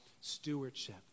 stewardship